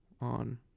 on